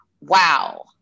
wow